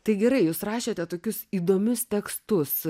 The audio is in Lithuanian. tai gerai jūs rašėte tokius įdomius tekstus